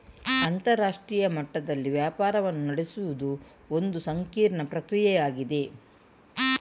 ಅಂತರರಾಷ್ಟ್ರೀಯ ಮಟ್ಟದಲ್ಲಿ ವ್ಯಾಪಾರವನ್ನು ನಡೆಸುವುದು ಒಂದು ಸಂಕೀರ್ಣ ಪ್ರಕ್ರಿಯೆಯಾಗಿದೆ